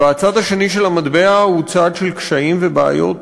והצד השני של המטבע הוא צד של קשיים ובעיות